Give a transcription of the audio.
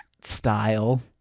style